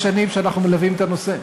אני לא זוכר שמרחתי בחיים שלי.